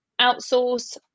outsource